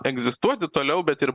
egzistuoti toliau bet ir